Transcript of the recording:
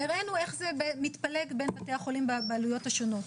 והראינו איך זה מתפלג בין בתי החולים בבעלויות השונות.